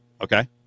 Okay